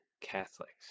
catholics